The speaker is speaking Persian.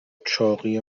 چاقی